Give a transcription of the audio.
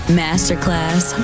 masterclass